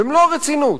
במלוא הרצינות.